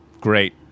Great